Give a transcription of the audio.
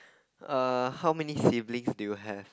err how many siblings do you have